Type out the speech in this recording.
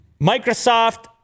Microsoft